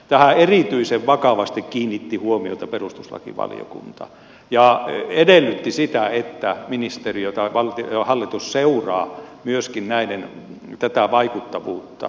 tähän erityisen vakavasti kiinnitti huomiota perustuslakivaliokunta ja edellytti sitä että hallitus seuraa myöskin tämän vaikuttavuutta